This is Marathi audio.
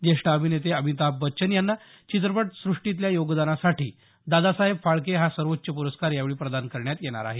ज्येष्ठ अभिनेते अमिताभ बच्चन यांना चित्रपट सुष्टीतल्या योगदानासाठी दादासाहेब फाळके हा सर्वोच्च प्रस्कार यावेळी प्रदान करण्यात येणार आहे